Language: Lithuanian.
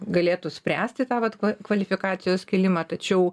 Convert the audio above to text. galėtų spręsti tą vat kvalifikacijos kėlimą tačiau